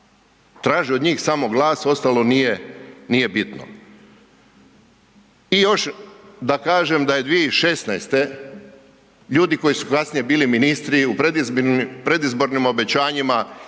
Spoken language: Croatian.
Traže od njih samo glas, ostalo nije bitno. I još da kažem da je 2016. ljudi koji su kasnije bili ministri, u predizbornim obećanjima